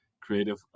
creative